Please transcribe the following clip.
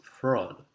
fraud